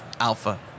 alpha